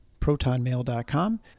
protonmail.com